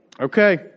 Okay